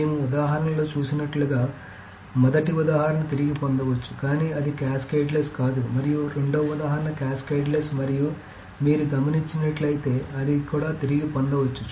మేము ఉదాహరణలో చూసినట్లుగా మొదటి ఉదాహరణ తిరిగి పొందవచ్చు కానీ అది క్యాస్కేడ్లెస్ కాదు మరియు రెండవ ఉదాహరణ క్యాస్కేడ్లెస్ మరియు మీరు గమనించినట్లయితే అది కూడా తిరిగి పొందవచ్చు